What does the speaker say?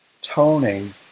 toning